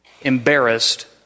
embarrassed